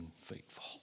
faithful